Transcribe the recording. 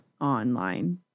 online